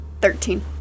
Thirteen